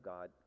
God